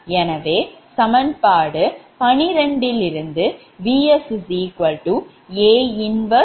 எனவே சமன்பாடு12 இருந்து Vs A 1Vp